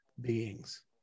beings